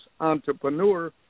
entrepreneur